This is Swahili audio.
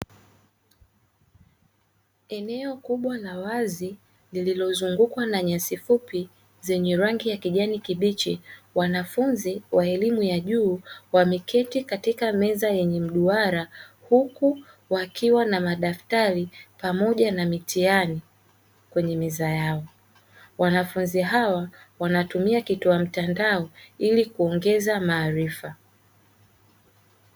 Eneo kubwa la wazi, lililozungukwa na nyasi fupi zenye rangi ya kijani kibichi. Wanafunzi wa elimu ya juu wameketi katika meza yenye mduara, huku wakiwa na madaftari pamoja na mitihani kwenye meza yao. Wanafunzi hao wanatumia kituo cha mtandao ili kuongeza maarifa.